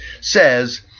says